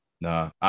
Nah